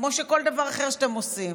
כמו כל דבר אחר שאתם עושים.